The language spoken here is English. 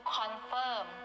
confirm